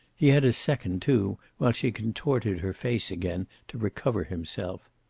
he had a second, too, while she contorted her face again, to recover himself.